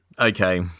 Okay